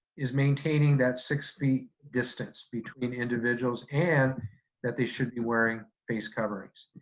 is maintaining that six feet distance between individuals and that they should be wearing face coverings.